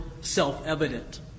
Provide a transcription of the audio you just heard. self-evident